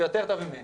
וטוב יותר ממני.